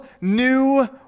new